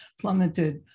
plummeted